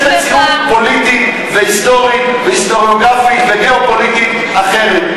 יש מצב פוליטי והיסטורי והיסטוריוגרפי וגיאו-פוליטי אחר,